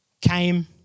came